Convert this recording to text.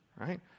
right